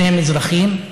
שניהם אזרחים.